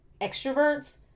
extroverts